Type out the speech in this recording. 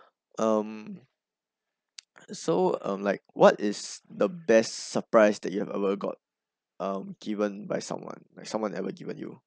um so um like what is the best suprise that you have ever got um given by someone someone ever given you